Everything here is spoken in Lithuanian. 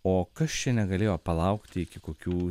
o kas čia negalėjo palaukti iki kokių